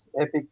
epic